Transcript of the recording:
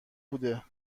بوده